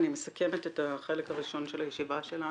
אני מסכמת את החלק הראשון של הישיבה שלנו.